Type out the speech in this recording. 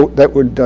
that would